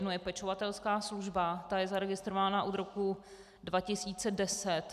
Jednou je pečovatelská služba, ta je zaregistrována od roku 2010.